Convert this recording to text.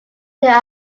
there